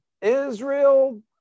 Israel